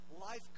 Life